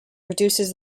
reduces